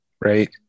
Right